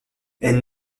elle